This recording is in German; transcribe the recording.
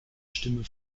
stimme